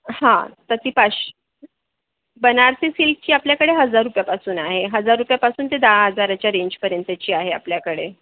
हां तं ती पाश्श्य बनारसी सिल्क ही आपल्याकडे हजार रुपयापासून आहे हजार रुपयापासून ते दहा हजाराच्या रेंजपर्यंतची आहे आपल्याकडे